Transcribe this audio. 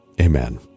Amen